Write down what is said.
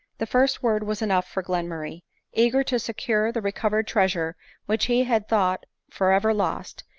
the first word was enough for glenmurray eager to secure the recovered treasure which he had thought for ever lost,